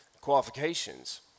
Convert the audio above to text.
qualifications